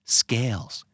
scales